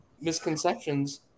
misconceptions